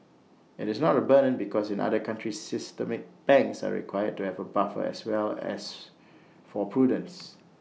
IT is not A burn because in other countries systemic banks are required to have A buffer as well as for prudence